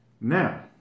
Now